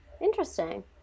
Interesting